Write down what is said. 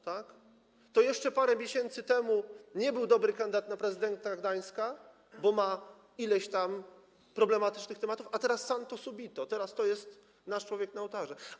To jeszcze parę miesięcy temu nie był dobry kandydat na prezydenta Gdańska, bo dotyczyło go ileś tam problematycznych tematów, a teraz: santo subito, teraz to jest nasz człowiek na ołtarze.